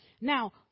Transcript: Now